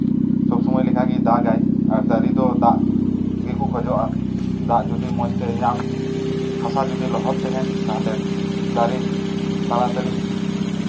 ᱥᱚᱵ ᱥᱚᱢᱚᱭ ᱞᱮᱠᱟ ᱜᱮᱭ ᱫᱟᱜ ᱟᱭ ᱟᱨ ᱫᱟᱨᱮ ᱫᱚ ᱫᱟᱜ ᱜᱮᱠᱚ ᱠᱷᱚᱡᱚᱜᱼᱟ ᱫᱟᱜ ᱡᱩᱫᱤ ᱢᱚᱡᱽ ᱛᱮ ᱧᱟᱢ ᱦᱟᱥᱟ ᱡᱩᱫᱤ ᱞᱚᱦᱚᱫ ᱛᱟᱦᱮᱱ ᱛᱟᱦᱚᱞᱮ ᱫᱟᱨᱮ ᱛᱟᱲᱟ ᱛᱟᱹᱲᱤ